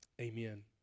Amen